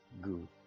good